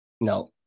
No